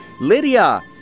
Lydia